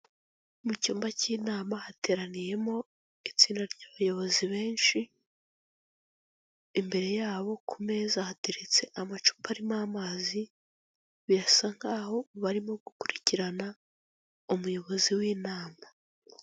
Mu cyumba k'inama hateraniyemo itsinda ry'abayobozi benshi, imbere yabo ku meza hateretse amacupa arimo amazi; birasa nkaho barimo gukurikirana umuyobozi w'inama.